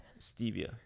Stevia